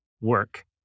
work